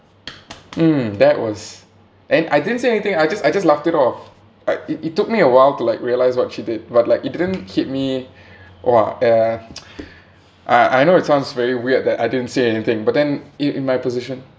mm that was and I didn't say anything I just I just laughed it off I it it took me a while to like realise what she did but like it didn't hit me !wah! uh I I know it sounds very weird that I didn't say anything but then in in my position